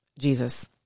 Jesus